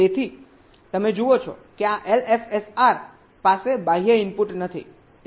તેથી તમે જુઓ છો કે આ LFSR પાસે બાહ્ય ઇનપુટ નથી